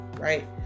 right